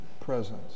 presence